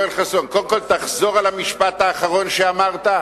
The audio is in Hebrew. קודם כול תחזור על המשפט האחרון שאמרת,